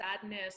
sadness